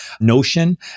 notion